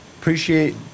appreciate